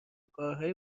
کارهای